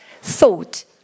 thought